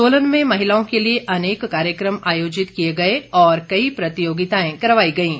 सोलन में महिलाओं के लिए अनेक कार्यक्रम आयोजित किए गए और कई प्रतियोगिताएं करवाई गयीं